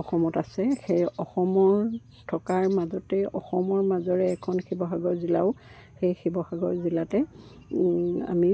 অসমত আছে সেই অসমৰ থকাৰ মাজতে অসমৰ মাজেৰে এখন শিৱসাগৰ জিলাও সেই শিৱসাগৰ জিলাতে আমি